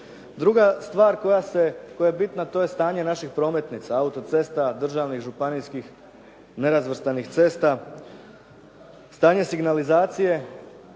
Druga stvar koja je bitna a to je stanje naših prometnica, auto-cesta, državnih, županijskih, nerazvrstanih cesta, stanje signalizacije